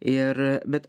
ir bet